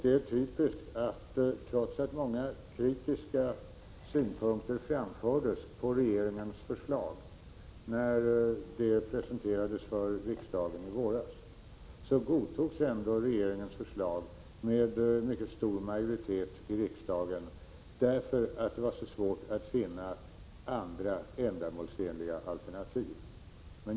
Det är typiskt att trots att många kritiska synpunkter framfördes när regeringens förslag presenterades för riksdagen i våras, godtogs ändå förslaget med mycket stor majoritet i riksdagen eftersom det var svårt att finna ändamålsenliga alternativ.